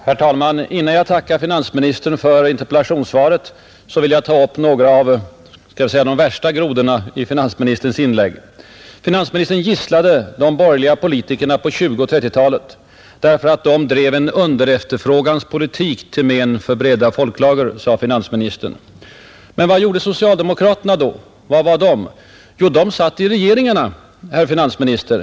Herr talman! Innan jag tackar finansministern för interpellationssvaret vill jag ta upp några av skall vi säga de värsta grodorna i finansministerns inlägg. Finansministern gisslade de borgerliga politikerna på 1920 och 1930-talen för att de drev en underefterfrågans politik till men för breda folklager. Men vad gjorde socialdemokraterna då? Var var de? Jo, de satt i regeringarna, herr finansminister!